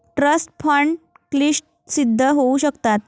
trust fund क्लिष्ट सिद्ध होऊ शकतात